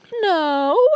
no